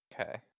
Okay